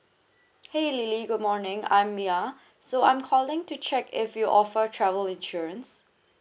!hey! lily good morning I'm mia so I'm calling to check if you offer travel insurance